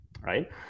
Right